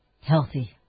healthy